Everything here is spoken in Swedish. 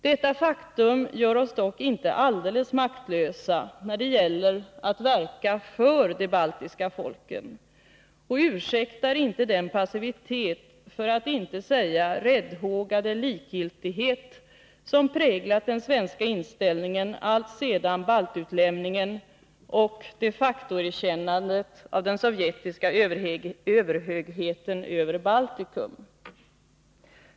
Detta faktum gör oss dock inte alldeles maktlösa när det gäller att verka för de baltiska folken och ursäktar inte den passivitet, för att inte säga räddhågade likgiltighet, som präglat den svenska inställningen alltsedan baltutlämningen och de facto-erkännandet av den sovjetiska överhögheten över Baltikum.